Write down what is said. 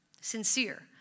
sincere